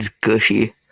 gushy